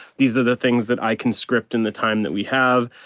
these are the things that i can script in the time that we have.